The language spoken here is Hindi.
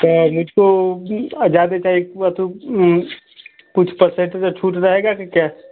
तो मुझको अ ज्यादा चाहिए होगा तो कुछ पर्सेन्ट छूट रहेगा की क्या